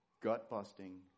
gut-busting